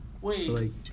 Wait